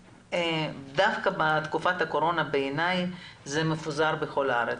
דווקא בתקופת הקורונה, בעיניי זה מפוזר בכל הארץ.